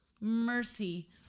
Mercy